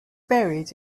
buried